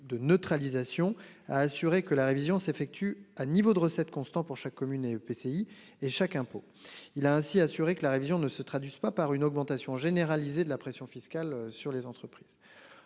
de neutralisation a assuré que la révision s'effectue à niveau de recettes constant pour chaque communes et EPCI et chaque impôt. Il a ainsi assuré que la révision ne se traduise pas par une augmentation généralisée de la pression fiscale sur les entreprises.